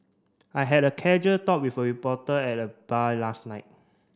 I had a casual talk with a reporter at the bar last night